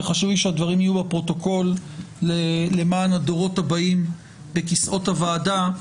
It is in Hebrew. וחשוב לי שהדברים יהיו בפרוטוקול למען הדורות הבאים וכיסאות הוועדה,